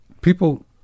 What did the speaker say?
people